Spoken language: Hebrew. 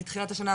כן.